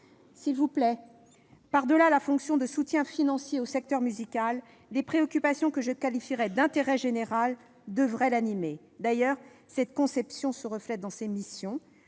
collectivement. Par-delà la fonction de soutien financier au secteur musical, des préoccupations « d'intérêt général » devraient l'animer- d'ailleurs, cette conception se reflète dans ses missions.